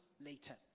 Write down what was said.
later